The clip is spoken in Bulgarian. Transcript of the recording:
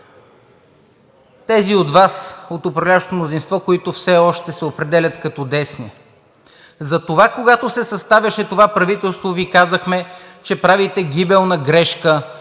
тези от Вас, от управляващото мнозинство, които все още се определят като десни, затова, когато се съставяше това правителство, Ви казахме, че правите гибелна грешка,